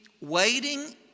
waiting